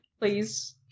please